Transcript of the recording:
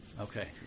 okay